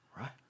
right